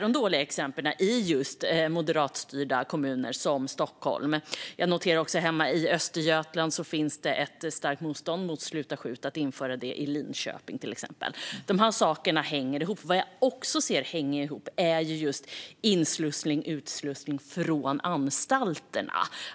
De dåliga exemplen finns ofta i moderatstyrda kommuner som Stockholm. Jag noterar att det finns ett starkt motstånd hemma i Östergötland mot att införa Sluta skjut i till exempel Linköping. Dessa saker hänger ihop. Något som jag också ser hänger ihop är inslussning och utslussning från anstalterna.